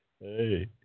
hey